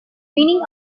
meaning